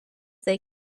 they